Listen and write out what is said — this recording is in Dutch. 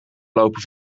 lopen